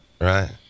right